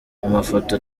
mafoto